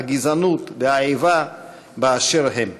הגזענות והאיבה באשר הם.